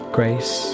Grace